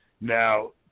Now